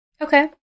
Okay